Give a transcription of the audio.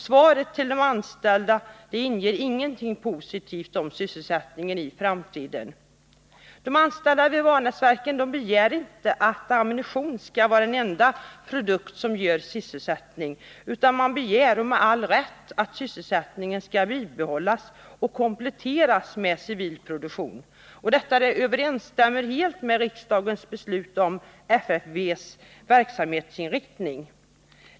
Svaret till de anställda innehåller inget positivt om sysselsättningen i framtiden. De anställda vid Vanäsverken begär inte att ammunition skall vara den enda produkt som ger sysselsättning, utan man begär — med all rätt — att sysselsättningen skall bibehållas och kompletteras med civil produktion. Detta överensstämmer helt med riksdagens beslut om FFV:s verksamhetsinriktning.